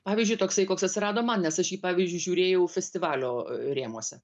pavyzdžiui toksai koks atsirado man nes aš jį pavyzdžiui žiūrėjau festivalio rėmuose